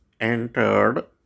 entered